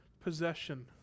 possession